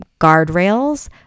guardrails